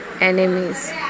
enemies